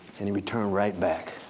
and he returned right back